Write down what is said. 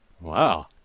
Wow